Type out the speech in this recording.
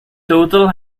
total